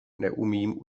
neumím